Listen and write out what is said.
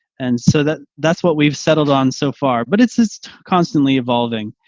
and so that that's what we've settled on so far, but it's just constantly evolving.